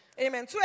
Amen